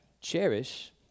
Cherish